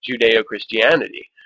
Judeo-Christianity